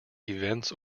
events